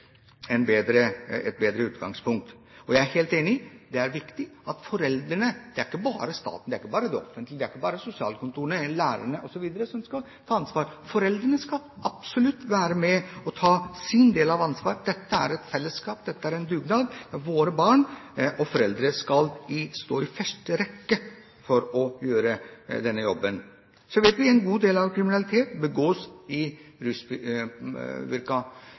et bedre utgangspunkt. Jeg er helt enig i at det er viktig at foreldrene tar ansvar – og ikke bare staten, ikke bare det offentlige, ikke bare sosialkontorene eller lærerne osv. Foreldrene skal absolutt være med og ta sin del av ansvaret. Dette er et fellesskap, dette er en dugnad for våre barn, og foreldre skal stå i første rekke for å gjøre denne jobben. Så vet vi at en god del av kriminaliteten begås i